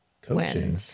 Coaching